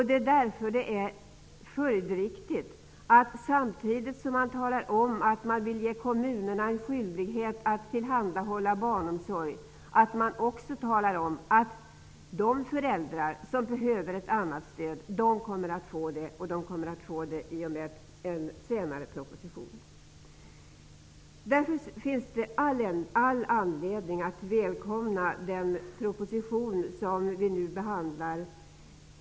Det är därför följdriktigt att tala om att de föräldrar som behöver ett annat stöd kommer att få det och att ett förslag kommer att läggas fram i en proposition, samtidigt som man vill att kommunerna skall vara skyldiga att tillhandahålla barnomsorg. Det finns därför all anledning att välkomna den proposition som vi nu behandlar.